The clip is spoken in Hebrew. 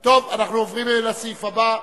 עוברים לסעיף הבא: